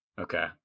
Okay